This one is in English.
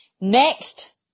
Next